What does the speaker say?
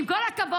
עם כל הכבוד,